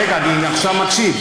רגע, אני עכשיו מקשיב.